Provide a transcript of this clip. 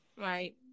Right